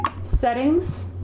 Settings